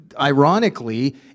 Ironically